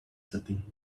setting